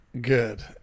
Good